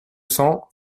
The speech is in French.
cents